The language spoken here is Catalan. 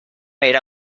era